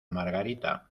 margarita